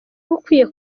bukwiye